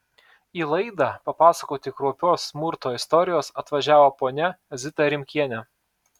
į laidą papasakoti kraupios smurto istorijos atvažiavo ponia zita rimkienė